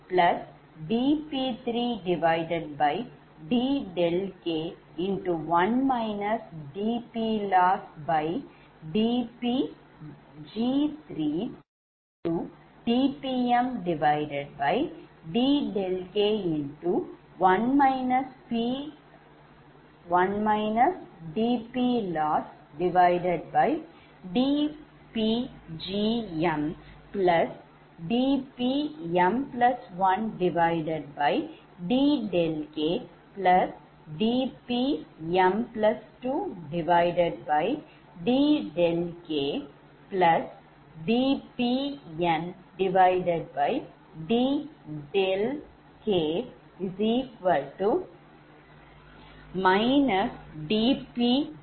dPmdɗk1 dPLossdPgmdPm1dɗkdPm2 dɗkdPn dɗk dP1dɗk K23n என்கிறோம்